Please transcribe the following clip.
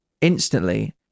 instantly